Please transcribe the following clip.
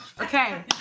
Okay